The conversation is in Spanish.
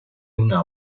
una